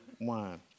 wine